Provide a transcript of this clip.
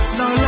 no